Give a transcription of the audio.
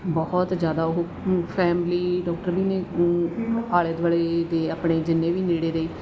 ਬਹੁਤ ਜ਼ਿਆਦਾ ਉਹ ਫੈਮਲੀ ਡਾਕਟਰ ਵੀ ਨੇ ਆਲੇ ਦੁਆਲੇ ਦੇ ਆਪਣੇ ਜਿੰਨੇ ਵੀ ਨੇੜੇ ਦੇ